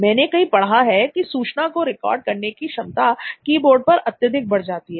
मैंने कहीं पढ़ा है कि सूचना को रिकॉर्ड करने की क्षमता कीबोर्ड पर अत्यधिक बढ़ जाती है